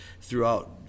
throughout